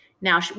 Now